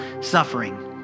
suffering